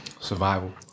Survival